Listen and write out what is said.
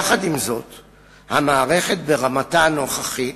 יחד עם זאת המערכת, ברמתה הנוכחית,